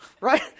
right